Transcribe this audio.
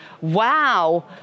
wow